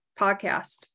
podcast